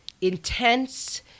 intense